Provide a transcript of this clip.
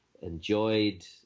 enjoyed